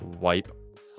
wipe